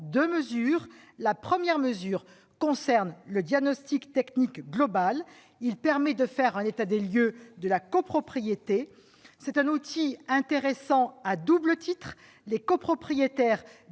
deux mesures. La première concerne le diagnostic technique global, qui permet de faire un état des lieux de la copropriété. L'outil est intéressant à un double titre. Les copropriétaires